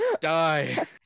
Die